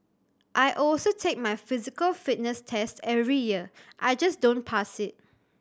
I also take my physical fitness test every year I just don't pass it